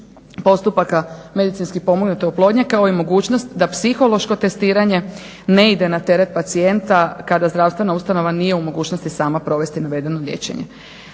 postupaka medicinski pomognute oplodnje, kao i mogućnost da psihološko testiranje ne ide na teret pacijenta kada zdravstvena ustanova nije u mogućnosti sama provesti navedeno liječenje.